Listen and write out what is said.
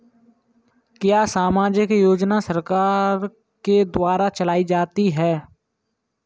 क्या सामाजिक योजना सरकार के द्वारा चलाई जाती है?